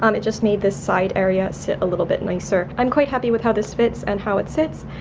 um it just made this side area sit a little bit nicer. i'm quite happy with how this fits and how it sits.